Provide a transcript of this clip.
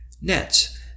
Nets